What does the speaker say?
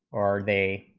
are they,